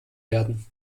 werden